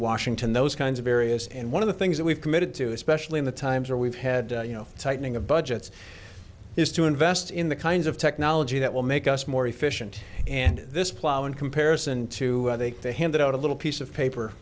washington those kinds of areas and one of the things that we've committed to especially in the times are we've had you know tightening of budgets is to invest in the kinds of technology that will make us more efficient and this plow in comparison to make they handed out a little piece of paper